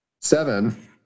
seven